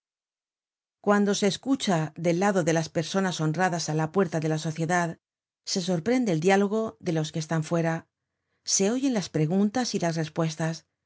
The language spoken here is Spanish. cuando se escucha del lado de las personas honradas á la puerta de la sociedad se sorprende el diálogo de los que están fuera se oyen las preguntas y las respuestas